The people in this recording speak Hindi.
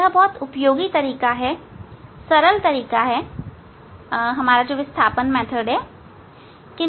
यह बहुत उपयोगी तरीका है सरल तरीका है विस्थापन तरीका